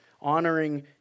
honoring